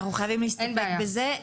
אנחנו חייבים להסתפק בזה,